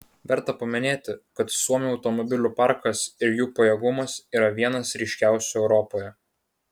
verta paminėti kad suomių automobilių parkas ir jų pajėgumas yra vienas ryškiausių europoje